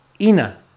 ina